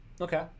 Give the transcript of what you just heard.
Okay